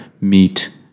meet